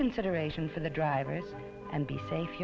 consideration for the drivers and be safe